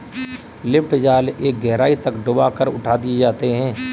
lift जाल एक गहराई तक डूबा कर उठा दिए जाते हैं